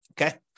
Okay